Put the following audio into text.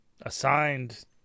assigned